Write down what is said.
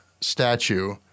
statue